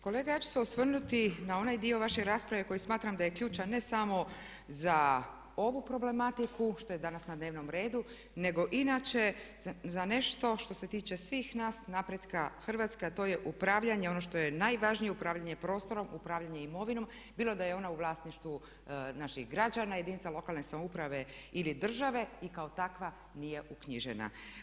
Kolega, ja ću se osvrnuti na onaj dio vaše rasprave koji smatram da je ključan ne samo za ovu problematiku što je danas na dnevnom redu nego inače za nešto što se tiče svih nas, napretka Hrvatske a to je upravljanje, ono što je najvažnije prostorom, upravljanje imovinom, bilo da je ona u vlasništvu naših građana, jedinica lokalne samouprave ili države i kao takva nije uknjižena.